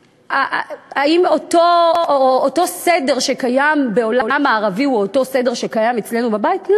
האם אותו סדר שקיים בעולם המערבי הוא אותו סדר שקיים אצלנו בבית?